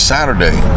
Saturday